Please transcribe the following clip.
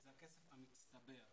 זה הכסף המצטבר.